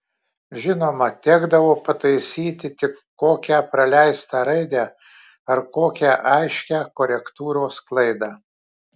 žinoma tekdavo pataisyti tik kokią praleistą raidę ar kokią aiškią korektūros klaidą